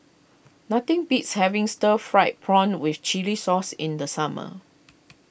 nothing beats having Stir Fried Prawn with Chili Sauce in the summer